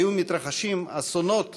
היו מתרחשים אסונות